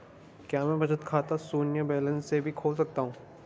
क्या मैं बचत खाता शून्य बैलेंस से भी खोल सकता हूँ?